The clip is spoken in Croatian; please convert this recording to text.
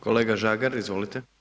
Kolega Žagar, izvolite.